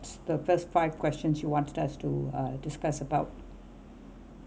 that's the first five questions you wanted us to uh discuss about